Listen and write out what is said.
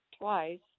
twice